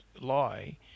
lie